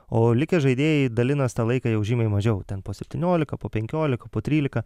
o likę žaidėjai dalinas tą laiką jau žymiai mažiau ten po septyniolika po penkiolika po trylika